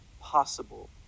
possible